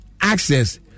access